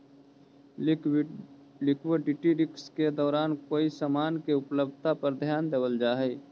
liquidity risk के दौरान कोई समान के उपलब्धता पर ध्यान देल जा हई